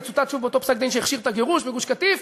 מצוטט שוב באותו פסק-דין שהכשיר את הגירוש מגוש-קטיף,